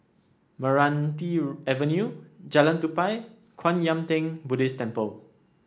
Meranti Avenue Jalan Tupai and Kwan Yam Theng Buddhist Temple